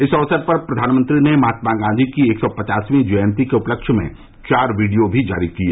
इस अवसर पर प्रधानमंत्री ने महात्मा गांधी की एक सौ पचासवीं जयंती के उपलक्ष्य में चार वीडियो भी जारी किए